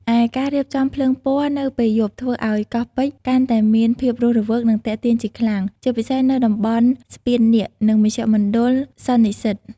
ឯការរៀបចំភ្លើងពណ៌នៅពេលយប់ធ្វើឱ្យកោះពេជ្រកាន់តែមានភាពរស់រវើក និងទាក់ទាញជាខ្លាំង ជាពិសេសនៅតំបន់ស្ពាននាគ និងមជ្ឈមណ្ឌលសន្និសីទ។